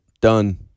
done